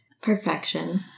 Perfection